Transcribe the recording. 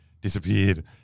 disappeared